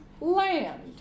land